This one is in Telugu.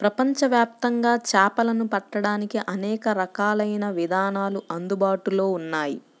ప్రపంచవ్యాప్తంగా చేపలను పట్టడానికి అనేక రకాలైన విధానాలు అందుబాటులో ఉన్నాయి